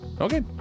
Okay